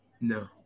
No